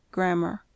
Grammar